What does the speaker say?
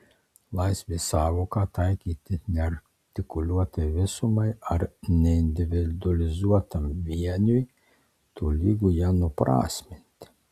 laisvės sąvoką taikyti neartikuliuotai visumai ar neindividualizuotam vieniui tolygu ją nuprasminti